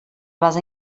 base